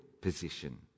position